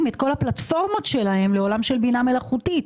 את כל הפלטפורמות שלהן לעולם של בינה מלאכותית.